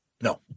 No